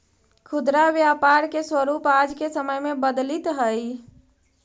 खुदरा व्यापार के स्वरूप आज के समय में बदलित हइ